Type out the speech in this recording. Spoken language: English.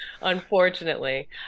unfortunately